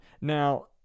now